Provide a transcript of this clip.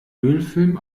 ölfilm